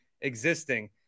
existing